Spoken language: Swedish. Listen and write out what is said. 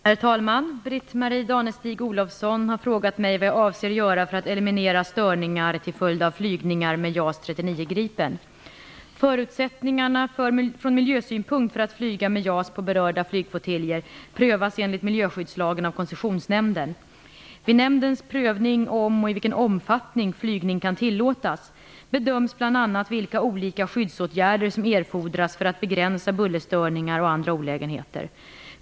Herr talman! Britt-Marie Danestig-Olofsson har frågat mig vad jag avser göra för att eliminera störningar till följd av flygningar med JAS 39 Gripen. Förutsättningarna ur miljösynpunkt för att flyga med JAS 39 Gripen på berörda flygflottiljer prövas enligt miljöskyddslagen av Koncessionsnämnden. Vid nämndens prövning om, och i vilken omfattning, flygning kan tillåtas bedöms bl.a. vilka olika skyddsåtgärder som erfordras för att begränsa bullerstörningar och andra olägenheter.